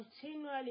continually